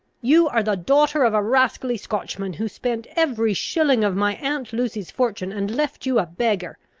you are the daughter of a rascally scotchman, who spent every shilling of my aunt lucy's fortune, and left you a beggar.